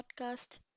podcast